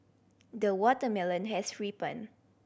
the watermelon has ripened